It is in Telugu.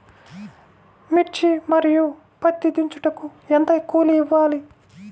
మిర్చి మరియు పత్తి దించుటకు ఎంత కూలి ఇవ్వాలి?